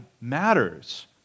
matters